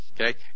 Okay